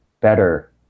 better